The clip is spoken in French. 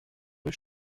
rue